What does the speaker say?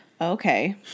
okay